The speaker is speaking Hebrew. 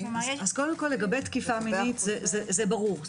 לגבי תקיפה מינית זה ברור.